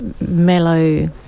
mellow